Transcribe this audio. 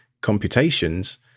computations